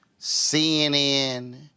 CNN